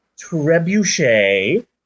Trebuchet